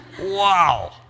Wow